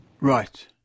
Right